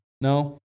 No